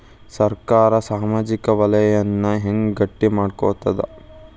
ಸರ್ಕಾರಾ ಸಾಮಾಜಿಕ ವಲಯನ್ನ ಹೆಂಗ್ ಗಟ್ಟಿ ಮಾಡ್ಕೋತದ?